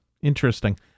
interesting